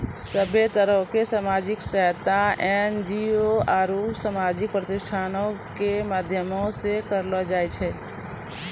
सभ्भे तरहो के समाजिक सहायता एन.जी.ओ आरु समाजिक प्रतिष्ठानो के माध्यमो से करलो जाय छै